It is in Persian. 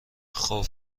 خوب